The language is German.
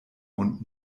mund